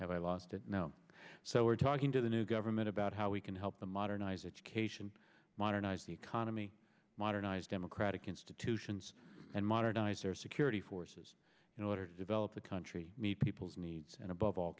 have i lost it now so we're talking to the new government about how we can help the modernize education modernize the economy modernize democratic institutions and modernize their security forces in order to develop the country meet people's needs and above all